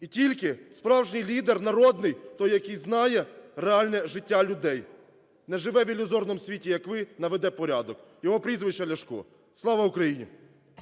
І тільки справжній лідер, народний, той, який знає реальне життя людей, не живе в ілюзорному світі, як ви, наведе порядок. Його прізвище – Ляшко. Слава Україні!